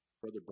Brother